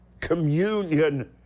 communion